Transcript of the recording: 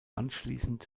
anschliessend